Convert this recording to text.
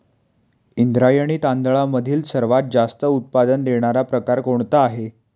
इंद्रायणी तांदळामधील सर्वात जास्त उत्पादन देणारा प्रकार कोणता आहे?